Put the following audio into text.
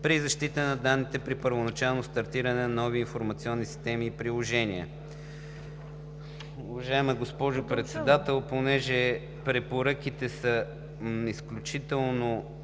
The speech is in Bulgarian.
за защита на данните при първоначално стартиране на нови информационни системи и приложения.“ Уважаема госпожо Председател, понеже препоръките от страна